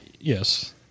Yes